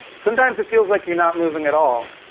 sometimes it feels, like you're not moving at all.